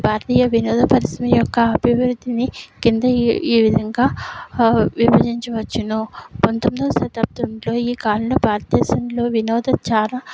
భారతీయ వినోద పరిశ్రమ యొక్క అభివృద్ధిని కింద ఈ విధంగా విభజించవచ్చును పంతొమ్మిదో శతాబ్దంలో ఈ కాలంలో భారతదేశంలో వినోదం చాలా